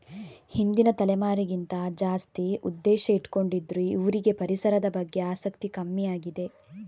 ಹಿಂದಿನ ತಲೆಮಾರಿಗಿಂತ ಜಾಸ್ತಿ ಉದ್ದೇಶ ಇಟ್ಕೊಂಡಿದ್ರು ಇವ್ರಿಗೆ ಪರಿಸರದ ಬಗ್ಗೆ ಆಸಕ್ತಿ ಕಮ್ಮಿ ಆಗಿದೆ